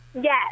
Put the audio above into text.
Yes